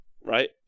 Right